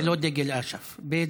זה לא דגל אש"ף, ב.